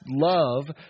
love